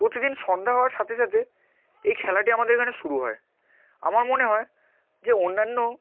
প্রতিদিন সন্ধ্যা হওয়ার সাথে সাথে এই খেলাটি আমাদের এইখানে শুরু হয় আমার মনে হয় যে অন্যান্য